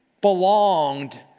belonged